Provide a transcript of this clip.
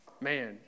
Man